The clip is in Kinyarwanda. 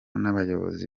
n’abayobozi